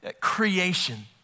creation